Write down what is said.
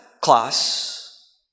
class